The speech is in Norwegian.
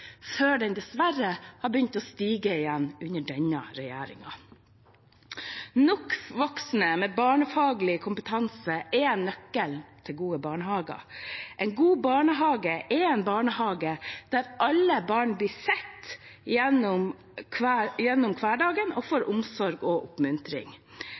før den dessverre har begynt å stige igjen under denne regjeringen. Nok voksne med barnefaglig kompetanse er nøkkelen til gode barnehager. En god barnehage er en barnehage der alle barn blir sett gjennom hverdagen og får omsorg og oppmuntring.